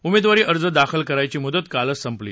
उमेदवारी अर्ज दाखल करायची मुदत कालच संपली